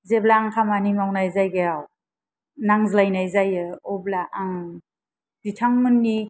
जेब्ला आं खामानि मावनाय जायगायाव नांज्लायनाय जायो अब्ला आं बिथांमोननि